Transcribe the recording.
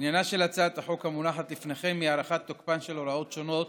עניינה של הצעת החוק המונחת בפניכם היא הארכת תוקפן של הוראות שונות